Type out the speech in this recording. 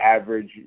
average